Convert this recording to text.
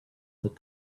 that